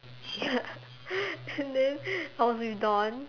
ya and then I was with dawn